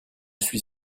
suis